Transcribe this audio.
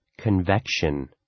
Convection